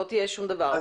שום דבר.